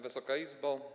Wysoka Izbo!